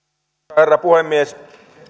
herra puhemies